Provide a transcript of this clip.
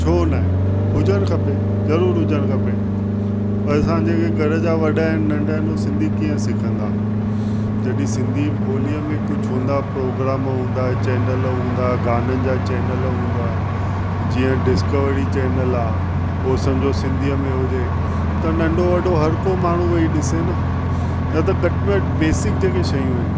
छो न आहे हुजणु खपे जरुर हुजणु खपे पर असांजे जेके घर जा वॾा आहिनि नंढा आहिनि हूअ सिंधी कीअं सिखंदा जॾहिं सिंधी ॿोलीअ में कुझु हूंदा प्रोग्राम हूंदा या चैनल हूंदा गाननि जा चैनल हूंदा जीअं डिस्कवरी चैनल आहे ओ सम्झो सिंधीअ में हुजे त नंढो वॾो हर को माण्हू वेई ॾिसे न न त घटि में घटि बेसिक जेके शयूं आहिनि